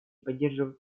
поддерживают